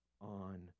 on